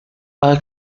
baja